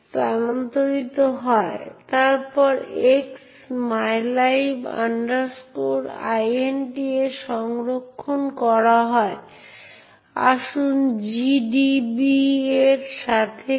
সুতরাং এর অর্থ এই যে একটি প্রক্রিয়া একটি শেয়ার্ড মেমরির মাধ্যমে একটি ফাইল বর্ণনাকারীকে অন্য একটি প্রক্রিয়ায় পাঠাতে পারে এবং সেইজন্য দ্বিতীয় প্রক্রিয়াটি অপারেটিং সিস্টেমের দ্বারা করা স্পষ্ট চেক ছাড়াই ফাইলটি পড়তে বা লিখতে পারে